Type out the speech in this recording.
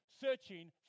searching